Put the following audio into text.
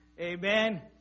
Amen